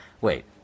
Wait